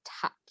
touch